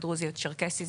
או דרוזי או הצ׳רקסי,